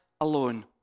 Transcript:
alone